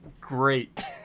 great